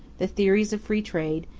the theories of free trade,